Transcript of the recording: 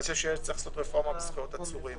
שצריך רפורמה בזכויות עצורים